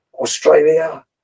Australia